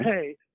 hey